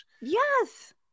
Yes